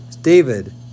david